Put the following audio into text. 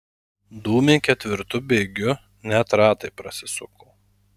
dūmė ketvirtu bėgiu net ratai prasisuko